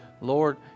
Lord